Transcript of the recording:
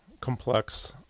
complex